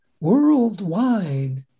worldwide